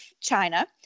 China